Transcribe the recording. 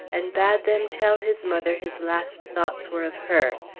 and bade them tell his mother his last thoughts were of her,